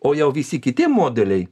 o jau visi kiti modeliai